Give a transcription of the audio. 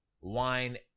wine